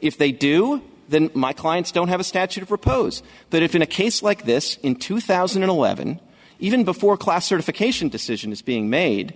if they do then my clients don't have a statute of repose that if in a case like this in two thousand and eleven even before classification decision is being made